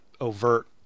overt